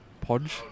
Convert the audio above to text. Podge